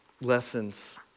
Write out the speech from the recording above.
lessons